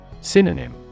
Synonym